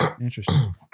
interesting